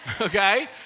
Okay